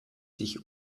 sich